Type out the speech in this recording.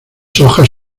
hojas